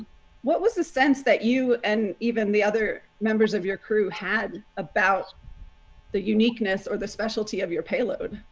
what was the sense that you and even the other members of your crew had about the uniqueness or the specialty of your payload?